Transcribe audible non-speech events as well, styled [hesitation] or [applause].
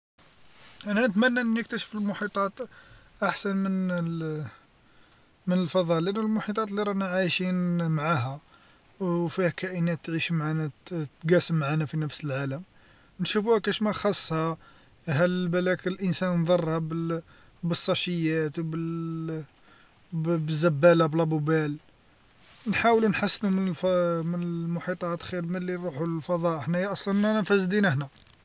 أنا أتمنى أني نكتشف المحيطات أحسن من [hesitation] من الفضاء لأنو موحيطات اللي رانا عايشين معها، أو فيها كائنات تعيش معنا ت- تقاسم معنا في نفس العالم، نشوفوها كاش ما خصها هل بالاك لآنسان ضرها بال- بالصاشيات بال- [hesitation] بالزبالة بلا بوبال، نحاولو نحسنو من [hesitation] من المحيط تاع خير ملي نروحو للفضاء، حنايا أصلا رانا فاسدين حنا.